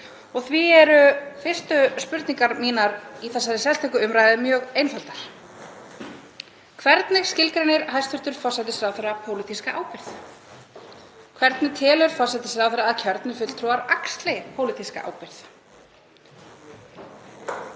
Því eru fyrstu spurningar mínar í þessari sérstöku umræðu mjög einfaldar: Hvernig skilgreinir hæstv. forsætisráðherra pólitíska ábyrgð? Hvernig telur forsætisráðherra að kjörnir fulltrúar axli pólitíska ábyrgð?